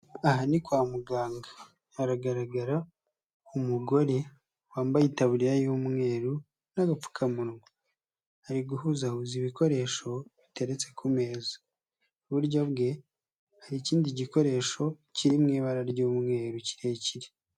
Aha ni kwa muganga hagaragara umugore wambaye itabuririya y'umweru n'agapfukamunwa, ari guhuzahuza ibikoresho biteretse ku meza, iburyo bwe hari ikindi gikoresho kiri mu ibara ry'umweru kirekire.